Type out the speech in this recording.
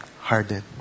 Hardened